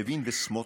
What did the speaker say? לוין וסמוטריץ',